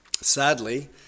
Sadly